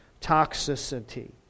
toxicity